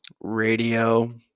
radio